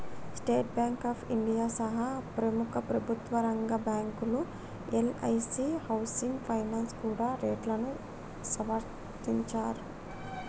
state bank of India సహా ప్రముఖ ప్రభుత్వరంగ బ్యాంకులు, ఎల్ఐసీ హౌసింగ్ ఫైనాన్స్ కూడా రేట్లను సవరించాయి